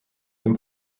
than